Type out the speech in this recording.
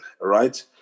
right